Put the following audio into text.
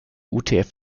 utf